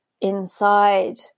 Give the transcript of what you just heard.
inside